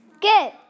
Good